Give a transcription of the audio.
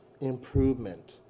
improvement